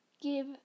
give